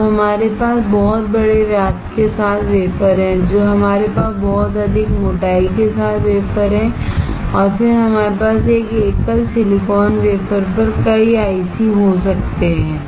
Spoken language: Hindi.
अब हमारे पास बहुत बड़े व्यास के साथ वेफर है हमारे पास बहुत अधिक मोटाई के साथ वेफर है और फिर हमारे पास एक एकल सिलिकॉन वेफर पर कई आईसी हो सकते हैं